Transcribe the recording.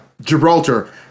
Gibraltar